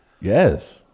Yes